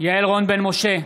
יעל רון בן משה,